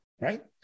right